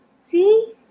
See